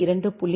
2